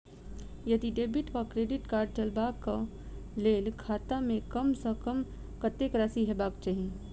यदि डेबिट वा credit card चलबाक कऽ लेल खाता मे कम सऽ कम कत्तेक राशि हेबाक चाहि?